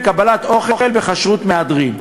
קבלת אוכל בכשרות מהדרין.